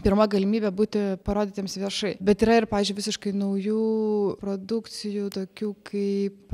pirma galimybė būti parodytiems viešai bet yra ir pavyzdžiui visiškai naujų produkcijų tokių kaip